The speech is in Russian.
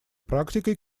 практикой